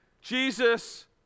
Jesus